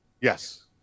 Yes